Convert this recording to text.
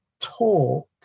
talk